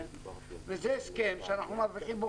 וזה הסכם שכולנו מרוויחים בו,